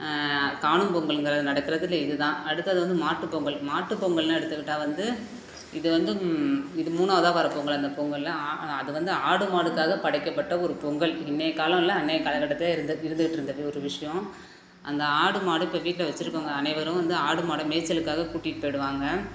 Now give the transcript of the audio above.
காணும் பொங்கலுங்கிறது நடக்கிறதுல இது தான் அடுத்தது வந்து மாட்டு பொங்கல் மாட்டு பொங்கல்னு எடுத்துக்கிட்டால் வந்து இது வந்து இது மூணாவதாக வர்ற பொங்கல் அந்த பொங்கல் அது வந்து ஆடு மாடுக்காக படைக்கப்பட்ட ஒரு பொங்கல் இன்றைய காலோம்ல அன்றைய காலக்கட்டத்திலிருந்து இருந்துக்கிட்டு இருந்தது ஒரு விஷயோம் அந்த ஆடு மாடு இப்போ வீட்டில் வெச்சுருக்கவங்க அனைவரும் வந்து ஆடு மாடை மேய்ச்சலுக்காக கூட்டிகிட்டு போய்விடுவாங்க